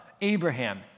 Abraham